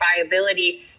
viability